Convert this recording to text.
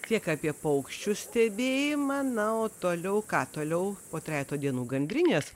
tiek apie paukščių stebėjimą na o toliau ką toliau po trejeto dienų gandrinės